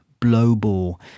blowball